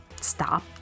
stop